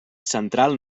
central